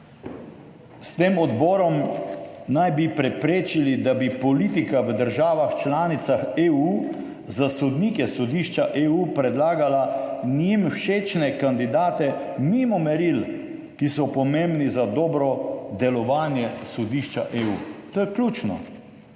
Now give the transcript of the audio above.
S tem odborom bi preprečili, da bi politika v državah članicah EU za sodnike Sodišča EU predlagala njim všečne kandidate mimo meril, ki so pomembna za dobro delovanje Sodišča EU. To je ključno.